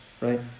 right